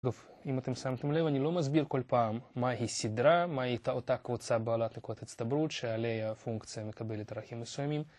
אם אתם שמתם לב אני לא מסביר כל פעם מהי סדרה, מהי אותה קבוצה בעלת נקודת הסתברות שעליה הפונקציה מקבלת ערכים מסוימים...